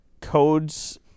codes